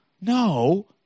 No